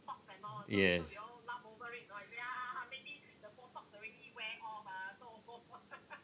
yes